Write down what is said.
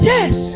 Yes